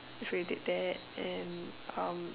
that's why you did that and